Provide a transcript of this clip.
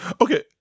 okay